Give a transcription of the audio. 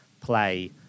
play